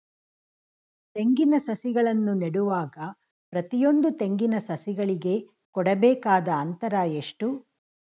ತೆಂಗಿನ ಸಸಿಗಳನ್ನು ನೆಡುವಾಗ ಪ್ರತಿಯೊಂದು ತೆಂಗಿನ ಸಸಿಗಳಿಗೆ ಕೊಡಬೇಕಾದ ಅಂತರ ಎಷ್ಟು?